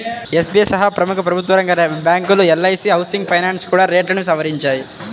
SBI సహా ప్రముఖ ప్రభుత్వరంగ బ్యాంకులు, ఎల్.ఐ.సీ హౌసింగ్ ఫైనాన్స్ కూడా రేట్లను సవరించాయి